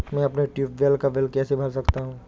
मैं अपने ट्यूबवेल का बिल कैसे भर सकता हूँ?